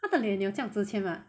他的脸有这样值钱吗